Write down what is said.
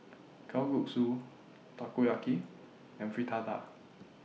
Kalguksu Takoyaki and Fritada